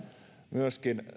myöskin